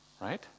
Right